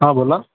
हां बोला